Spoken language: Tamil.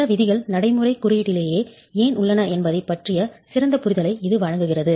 சில விதிகள் நடைமுறைக் குறியீட்டிலேயே ஏன் உள்ளன என்பதைப் பற்றிய சிறந்த புரிதலை இது வழங்குகிறது